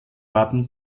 wappen